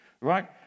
right